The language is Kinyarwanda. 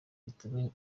vitamini